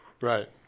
right